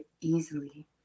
easily